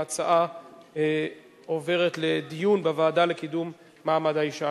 ההצעה עוברת לדיון בוועדה לקידום מעמד האשה.